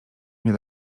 nie